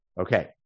Okay